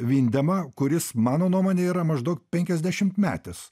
vindemą kuris mano nuomone yra maždaug penkiasdešimtmetis